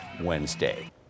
Wednesday